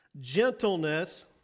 gentleness